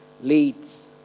leads